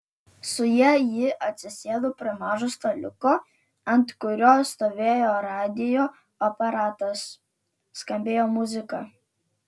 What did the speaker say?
su ja ji atsisėdo prie mažo staliuko ant kurio stovėjo radijo aparatas skambėjo muzika